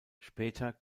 später